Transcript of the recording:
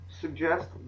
suggest